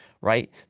right